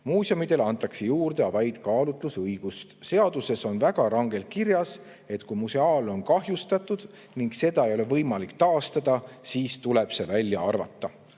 Muuseumidele antakse juurde vaid kaalutlusõigust. Seaduses on väga rangelt kirjas, et kui museaal on kahjustatud ning seda ei ole võimalik taastada, siis tuleb see kogust välja arvata.